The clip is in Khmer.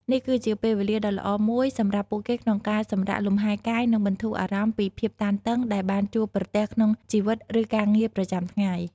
នេះគឺជាពេលវេលាដ៏ល្អមួយសម្រាប់ពួកគេក្នុងការសម្រាកលំហែរកាយនិងបន្ធូរអារម្មណ៍ពីភាពតានតឹងដែលបានជួបប្រទះក្នុងជីវិតឬការងារប្រចាំថ្ងៃ។